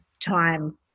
time